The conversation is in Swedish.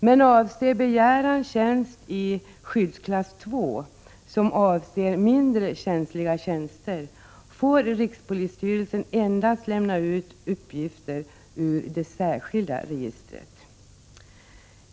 Men avser begäran tjänst i skyddsklass 2 — som omfattar mindre känsliga tjänster — får rikspolisstyrelsen endast lämna ut uppgifter ur det särskilda registret.